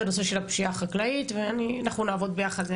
הנושא של הפשיעה החקלאית ואנחנו נעבוד ביחד.